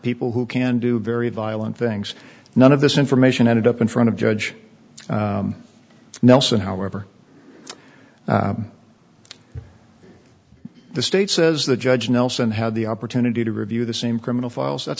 people who can do very violent things none of this information ended up in front of judge nelson however the state says the judge nelson had the opportunity to review the same criminal files that